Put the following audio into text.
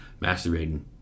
masturbating